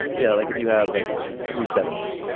yeah, like if you have like three seven so